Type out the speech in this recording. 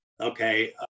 Okay